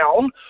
down